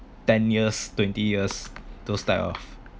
ten years twenty years those type of